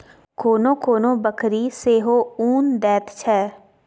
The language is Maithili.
कोनो कोनो बकरी सेहो उन दैत छै